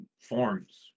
forms